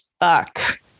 fuck